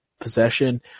possession